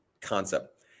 concept